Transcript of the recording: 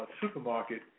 supermarket